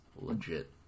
legit